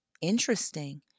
interesting